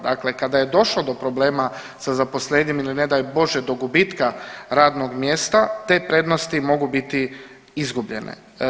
Dakle, kada je došlo do problema sa zaposlenjem ili ne daj bože do gubitka radnog mjesta te prednosti mogu biti izgubljene.